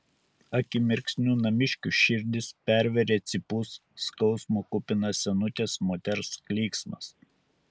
akimirksniu namiškių širdis pervėrė cypus skausmo kupinas senutės moters klyksmas